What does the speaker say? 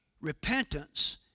repentance